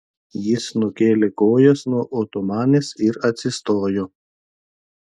jis nukėlė kojas nuo otomanės ir atsistojo